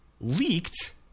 leaked